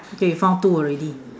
okay you found two already